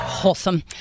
Wholesome